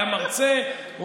היה מרצה,